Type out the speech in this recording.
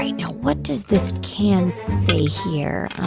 you know what does this can say here?